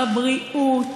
בבריאות,